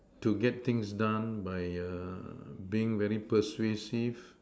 to get things done by err being very persuasive